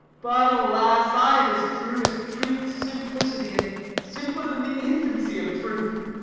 but, alas, i am as true as truth's simplicity, and simpler than the infancy of truth.